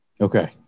okay